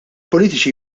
politiċi